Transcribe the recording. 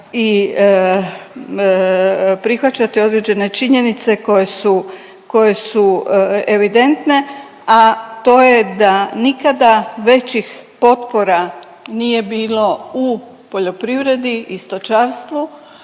prihvaćati određene činjenice koje su, koje su evidentne, a to je da nikada većih potpora nije bilo u poljoprivredi i stočarstvu,